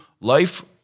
life